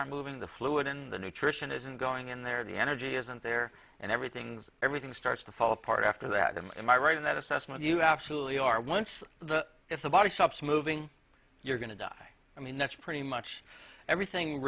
are moving the fluid in the nutrition isn't going in there the energy isn't there and everything's everything starts to fall apart after that and my right in that assessment you absolutely are once the if the body stops moving you're going to die i mean that's pretty much everything